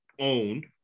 owned